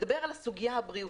הוא מדבר על הסוגיה הבריאותית.